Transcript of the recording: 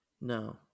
No